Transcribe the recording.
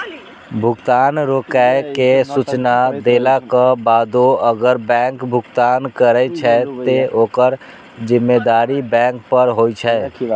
भुगतान रोकै के सूचना देलाक बादो अगर बैंक भुगतान करै छै, ते ओकर जिम्मेदारी बैंक पर होइ छै